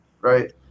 right